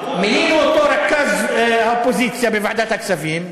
מינינו אותו רכז האופוזיציה בוועדת הכספים.